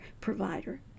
provider